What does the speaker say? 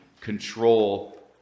control